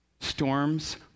storms